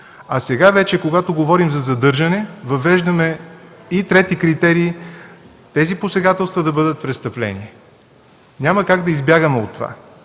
а сега вече, когато говорим за задържане, въвеждаме и трети критерий – тези посегателства да бъдат престъпление. Няма как да избягаме от това.